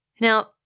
Now